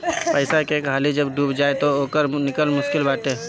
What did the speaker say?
पईसा एक हाली जब डूब जाई तअ ओकर निकल मुश्लिक बाटे